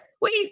wait